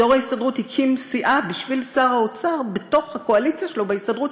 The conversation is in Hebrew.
יו"ר ההסתדרות הקים סיעה בשביל שר האוצר בתוך הקואליציה שלו בהסתדרות,